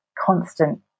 constant